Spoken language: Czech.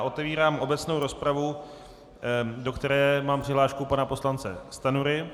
Otevírám obecnou rozpravu, do které mám přihlášku pana poslance Stanjury.